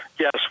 Yes